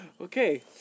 Okay